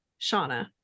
shauna